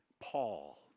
Paul